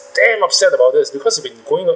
damn upset about this because we've been going